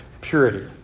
purity